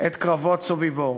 את קרבות סוביבור.